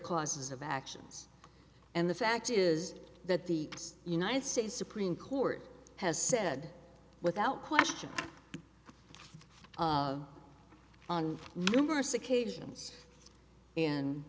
causes of actions and the fact is that the united states supreme court has said without question on numerous occasion